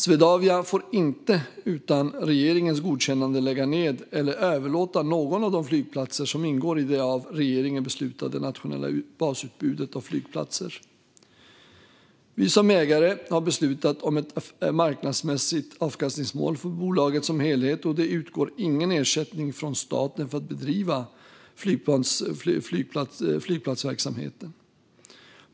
Swedavia får inte utan regeringens godkännande lägga ned eller överlåta någon av de flygplatser som ingår i det av regeringen beslutade nationella basutbudet av flygplatser. Vi som ägare har beslutat om ett marknadsmässigt avkastningsmål för bolaget som helhet, och det utgår ingen ersättning från staten för att bedriva flygplatsverksamhet.